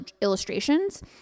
illustrations